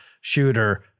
shooter